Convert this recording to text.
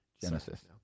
Genesis